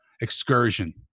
excursion